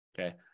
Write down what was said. Okay